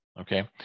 Okay